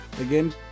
Again